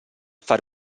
far